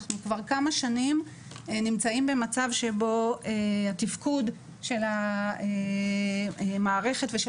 אנחנו כבר כמה שנים נמצאים במצב שבו התפקוד של המערכת ושל